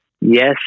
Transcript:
Yes